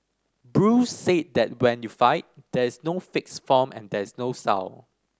Bruce said that when you fight there is no fixed form and there is no style